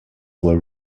were